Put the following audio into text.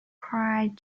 cried